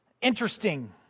interesting